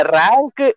rank